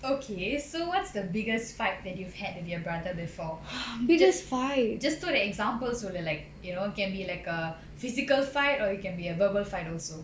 okay so what's the biggest fight that you've had with your brother before just just two examples சொல்லு:sollu like you know can be like a physical fight or it can be a verbal fight also